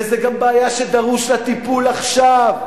וזה גם בעיה שדרוש לה טיפול עכשיו.